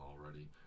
already